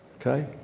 Okay